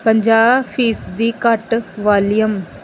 ਪੰਜਾਹ ਫੀਸਦੀ ਘੱਟ ਵਾਲੀਅਮ